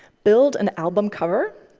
build an album cover,